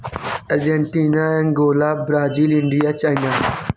Argentina Angola Brazil India China